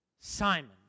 Simon